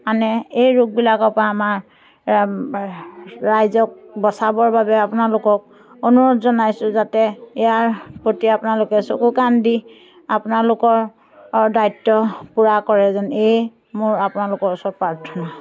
মানে এই ৰোগবিলাকৰ পৰা আমাৰ ৰাইজক বচাবৰ বাবে আপোনালোকক অনুৰোধ জনাইছোঁ যাতে ইয়াৰ প্ৰতি আপোনালোকে চকু কাণ দি আপোনালোকৰ দায়িত্ব পূৰা কৰে যেন এয়ে মোৰ আপোনালোকৰ ওচৰত প্ৰাৰ্থনা